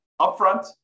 upfront